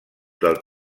del